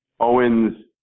Owens